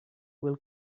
will